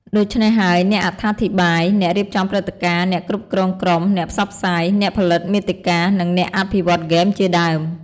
ដូច្នេះហើយ អ្នកអត្ថាធិប្បាយ អ្នករៀបចំព្រឹត្តិការណ៍ អ្នកគ្រប់គ្រងក្រុម អ្នកផ្សព្វផ្សាយ អ្នកផលិតមាតិកា និងអ្នកអភិវឌ្ឍន៍ហ្គេមជាដើម។